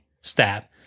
stat